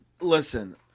listen